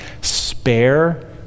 spare